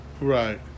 Right